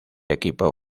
equipo